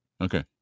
Okay